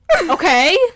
Okay